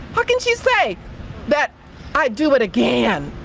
how can she say that i'd do it again?